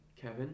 Kevin